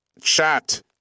Chat